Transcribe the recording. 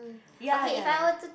ya ya